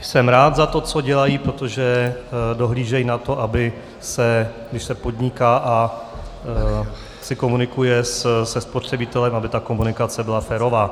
Jsem rád za to, co dělají, protože dohlížejí na to, aby když se podniká a komunikuje se se spotřebitelem, aby ta komunikace byla férová.